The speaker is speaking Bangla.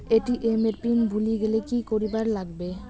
এ.টি.এম এর পিন ভুলি গেলে কি করিবার লাগবে?